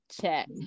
check